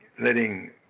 letting